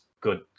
good